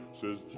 says